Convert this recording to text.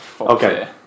Okay